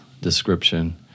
description